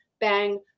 bang